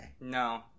No